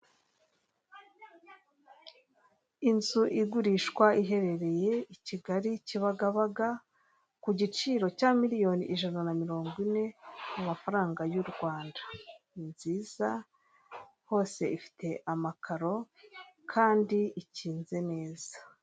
Inzu igurishwa iherereye i Kigali Kibagabaga ku giciro cya miliyoni ijana na mirongo ine ku mafaranga y'u rwanda nziza hose ifite amakaro kandi ikinze neza.